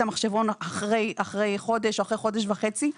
המחשבון אחרי חודש או אחרי חודש וחצי,